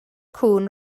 cŵn